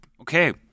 okay